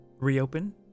reopen